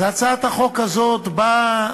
אז הצעת החוק הזאת באה,